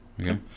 Okay